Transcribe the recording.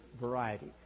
variety